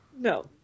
No